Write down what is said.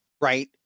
right